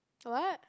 what